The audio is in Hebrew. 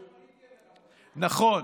שפניתי אליך, נכון,